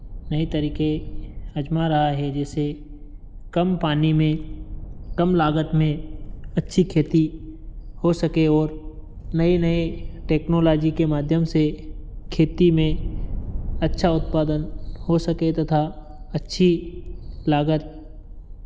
नए तरीके आज़मा रहा है जैसे कम पानी में कम लागत में अच्छी खेती हो सके और नई नई टेक्नोलॉजी के माध्यम से खेती में अच्छा उत्पादन हो सके तथा अच्छी लागत